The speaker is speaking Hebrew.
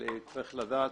צריך לדעת